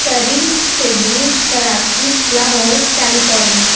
Surrey Sydney Karachi Lahore California